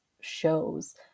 shows